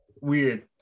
weird